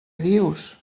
dius